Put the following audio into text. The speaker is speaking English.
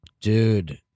dude